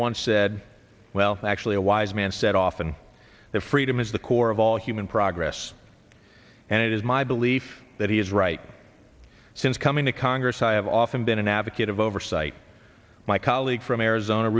once said well actually a wise man said often that freedom is the core of all human progress and it is my belief that he is right since coming to congress i have often been an advocate of oversight my colleague from arizona